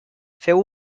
feu